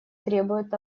требуют